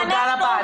תודה רבה.